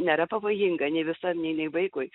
nėra pavojinga nei visuomenei nei vaikui